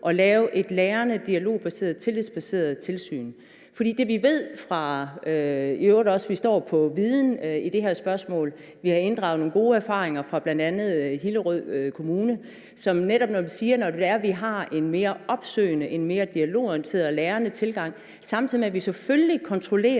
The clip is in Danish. at lave et lærende, dialogbaseret, tillidsbaseret tilsyn på. Vi står i øvrigt også på viden i det her spørgsmål, og vi har inddraget nogle gode erfaringer fra bl.a. i Hillerød Kommune, som netop siger, at man faktisk, når vi har en mere dialogorienteret og lærende tilgang, samtidig med at vi selvfølgelig kontrollerer